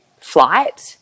flight